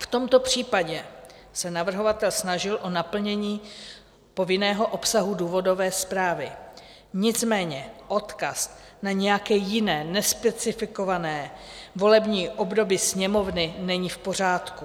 V tomto případě se navrhovatel snažil o naplnění povinného obsahu důvodové zprávy, nicméně odkaz na nějaké jiné nespecifikované volební období Sněmovny není v pořádku.